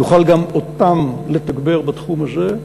נוכל גם אותם לתגבר בתחום הזה,